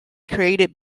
created